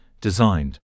designed